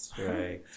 right